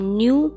new